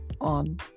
on